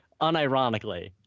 unironically